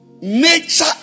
Nature